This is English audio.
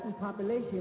population